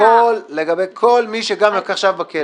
-- לגבי כל מי שישב בכלא.